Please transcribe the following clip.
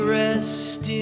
rest